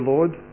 Lord